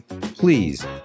Please